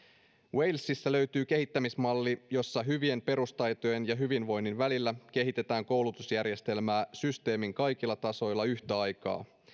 walesissa löytyy kehittämismalli jossa hyvien perustaitojen ja hyvinvoinnin välillä kehitetään koulutusjärjestelmää systeemin kaikilla tasoilla yhtä aikaa